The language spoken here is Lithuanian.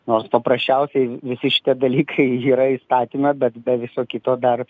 nors paprasčiausiai visi šitie dalykai yra įstatyme bet be viso kito dar